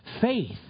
faith